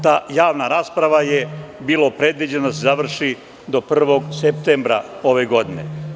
Ta javna rasprava je trebala da se završi do 1. septembra ove godine.